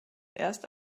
erst